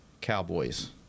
Cowboys